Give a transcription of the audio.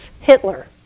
Hitler